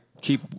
keep